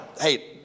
Hey